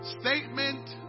statement